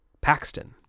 Paxton